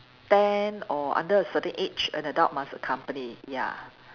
ten or under a certain age an adult must accompany ya